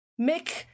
Mick